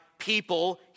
people